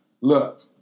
Look